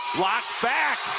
blocked back